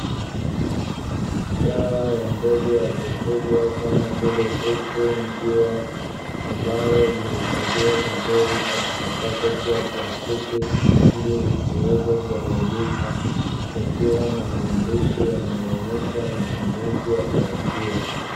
Dawa ya ndege wa kufugwa kama vile kuku, njiwa; ambayo imehifadhiwa vizuri katika pakiti ya plastiki ili isiweze kuharibika, kukiwa na maandishi yanayoonyesha matumizi ya dawa hiyo.